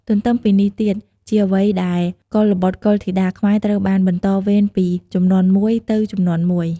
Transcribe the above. ទន្ទឹមពីនេះទៀត ជាអ្ចីដែលកុលបុត្រកុលធីតាខ្មែរត្រូវបានបន្តវេនពីជំនាន់មួយទៅជំនាន់មួយ។